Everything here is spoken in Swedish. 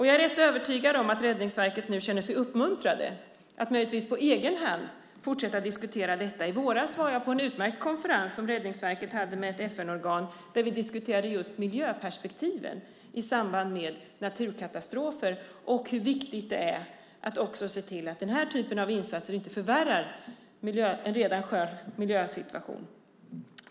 Jag är övertygad om att Räddningsverket nu känner sig uppmuntrat att på egen hand fortsätta att diskutera detta. I våras var jag på en utmärkt konferens som Räddningsverket hade med ett FN-organ där vi diskuterade miljöperspektiven i samband med naturkatastrofer och hur viktigt det är att se till att den här typen av insatser inte förvärrar en redan skör miljösituation.